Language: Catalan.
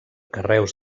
carreus